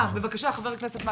בבקשה, חבר הכנסת מקלב.